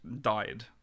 died